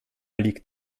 liegt